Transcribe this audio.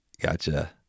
Gotcha